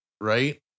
right